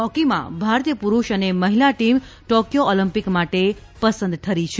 હોકીમાં ભારતીય પુરૂષ અને મહિલા ટીમ ટોકથો ઓલિમ્પિક માટે પસંદ ઠરી છે